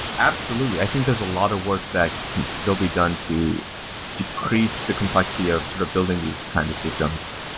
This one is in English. absolutely. i think there's a lot of work that can still be done to decrease the complexity of sort of building these kinds of systems.